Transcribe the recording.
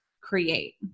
create